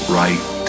right